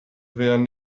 wären